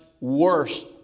worse